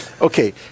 Okay